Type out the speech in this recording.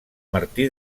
martí